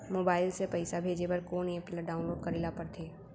Mobile से पइसा भेजे बर कोन एप ल डाऊनलोड करे ला पड़थे?